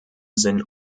sinn